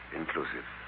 inclusive